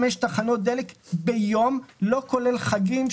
חמש תחנות דלק ביום לא כולל חגים,